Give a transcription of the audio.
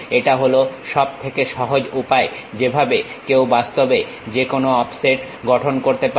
এটা হল সবথেকে সহজ উপায়ে যেভাবে কেউ বাস্তবে যেকোনো অফসেট গঠন করতে পারে